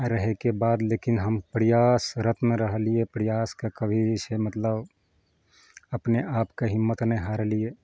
आ रहैके बाद लेकिन हम परियासरत्न रहलियै स के प्रयासके कभी से मतलब अपने आपके हिम्मत नहि हारलियै